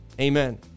Amen